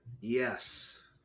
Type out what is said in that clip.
yes